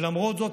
ולמרות זאת,